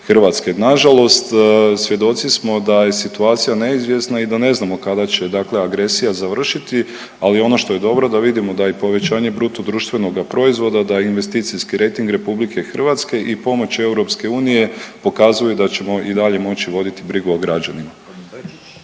građana RH. Nažalost, svjedoci smo da je situacija neizvjesna i da ne znamo kada će dakle agresija završiti, ali ono što je dobro da vidimo da i povećanje BDP-a, da investicijski rejting RH i pomoć EU pokazuju da ćemo i dalje moći voditi brigu o građanima.